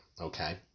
Okay